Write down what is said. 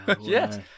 yes